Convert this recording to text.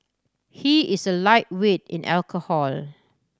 he is a lightweight in alcohol